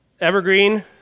evergreen